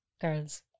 girls